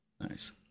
Nice